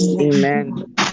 Amen